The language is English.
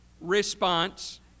response